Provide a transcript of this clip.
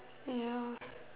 ya